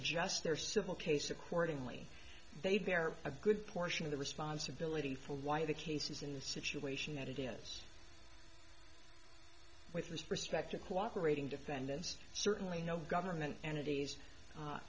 adjust their civil case accordingly they bear a good portion of the responsibility for why the case is in the situation that it is with this perspective cooperating defendants certainly no government entities